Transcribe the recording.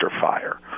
fire